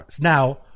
Now